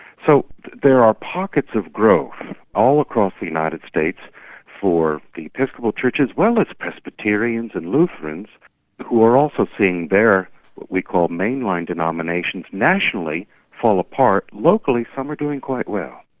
so there are pockets of growth all across the united states for the episcopal church as well as presbyterians and lutherans who are also seeing their, what we call mainline, denominations nationally fall apart, locally some are doing quite well.